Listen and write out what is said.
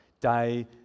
day